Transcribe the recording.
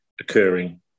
occurring